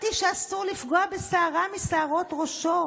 אנשים שיושבים בבתים ללא שום הגנה מצד צה"ל?